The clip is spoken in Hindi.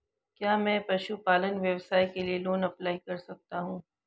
क्या मैं पशुपालन व्यवसाय के लिए लोंन अप्लाई कर सकता हूं?